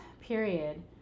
period